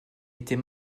était